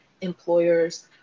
employers